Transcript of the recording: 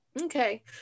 okay